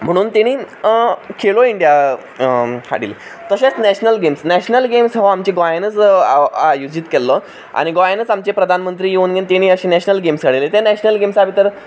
म्हणून तेणी खेलो इंडिया हाडिल्लें तशेंच नेशनल गॅम्स नेशनल गॅम्स हो आमच्या गोंयानूच आयोजीत केल्लो आनी गोंयानूच आमचे प्रधान मंत्री येवून तेणी नेशनल गॅम्स हाडिल्ले त्या नेशनल गॅम्सा भितर